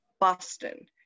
Boston